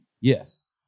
Yes